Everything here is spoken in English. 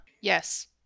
yes